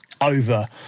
over